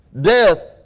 Death